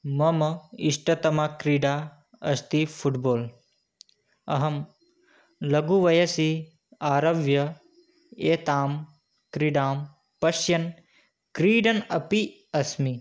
मम इष्टतमा क्रीडा अस्ति फ़ुट्बाल् अहं लघुवयसि आरभ्य एतां क्रीडां पश्यन् क्रीडन् अपि अस्मि